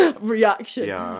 reaction